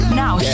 now